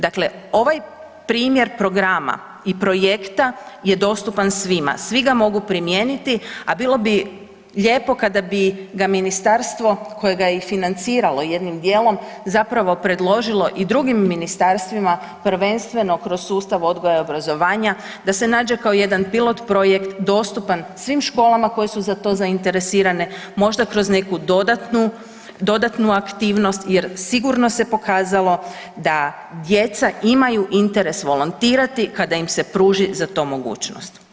Dakle, ovaj primjer programa i projekta je dostupan svima, svi ga mogu primijeniti, a bilo bi lijepo kada bi ga ministarstvo koje ga je i financiralo jednim dijelom zapravo predložilo i drugim ministarstvima prvenstveno kroz sustav odgoja i obrazovanja da se nađe kao jedan pilot projekt dostupan svim školama koje su za to zainteresirane možda kroz neku dodatnu, dodatnu aktivnost jer sigurno se pokazalo da djeca imaju interes volontirati kada im se pruži za to mogućnost.